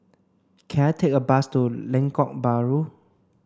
can I take a bus to Lengkok Bahru